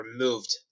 removed